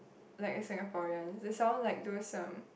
like a Singaporean it sounded like those um